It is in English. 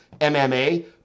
MMA